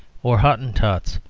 or hottentots,